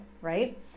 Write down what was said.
right